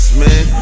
man